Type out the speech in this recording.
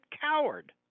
coward